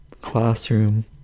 classroom